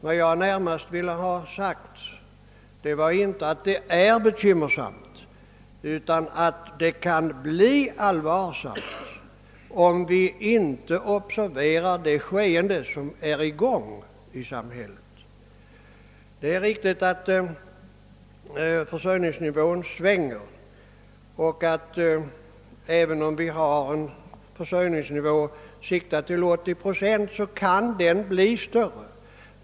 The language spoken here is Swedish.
Vad jag närmast ville ha sagt var inte att det är bekymmersamt utan att det kan bli allvarsamt om vi inte observerar det nuvarande skeendet i samhället. Det är riktigt att försörjningsnivån svänger och att den kan ligga högre än 80 procent även om vi siktar på detta procenttal.